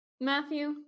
Matthew